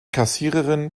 kassiererin